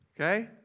Okay